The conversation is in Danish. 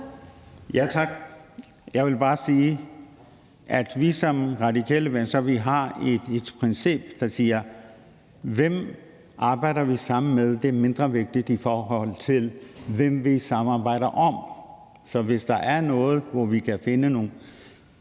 Tak. Jeg vil bare sige, at vi i Radikale Venstre har et princip, der siger: Hvem vi arbejder sammen med, er mindre vigtigt, end hvad vi samarbejder om. Så hvis der er noget, hvor vi kan finde nogle